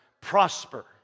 Prosper